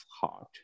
heart